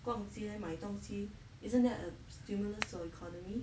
逛街买东西 isn't that a stimulus on economy